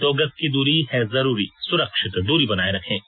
दो गज की दूरी है जरूरी सुरक्षित दूरी बनाए रखें